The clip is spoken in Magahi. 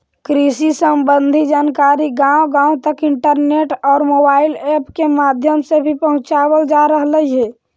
कृषि संबंधी जानकारी गांव गांव तक इंटरनेट और मोबाइल ऐप के माध्यम से भी पहुंचावल जा रहलई हे